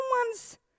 someone's